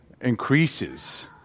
increases